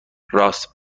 رآس